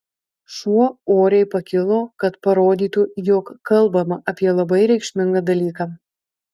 šuo oriai pakilo kad parodytų jog kalbama apie labai reikšmingą dalyką